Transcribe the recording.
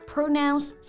Pronouns